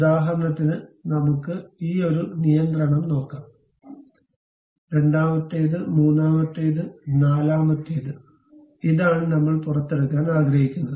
ഉദാഹരണത്തിന് നമുക്ക് ഈ ഒരു നിയന്ത്രണം നോക്കാം രണ്ടാമത്തേത് മൂന്നാമത് നാലാമത്തേത് ഇതാണ് നമ്മൾ പുറത്തെടുക്കാൻ ആഗ്രഹിക്കുന്നത്